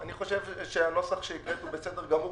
אני חושב שהנוסח שהקראת הוא בסדר גמור,